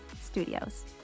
Studios